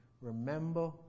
remember